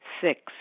Six